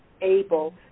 able